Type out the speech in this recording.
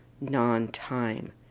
non-time